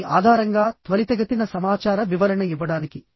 దాని ఆధారంగా త్వరితగతిన సమాచార వివరణ ఇవ్వడానికి